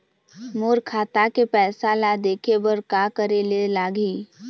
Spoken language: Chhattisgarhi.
मोर खाता के पैसा ला देखे बर का करे ले लागही?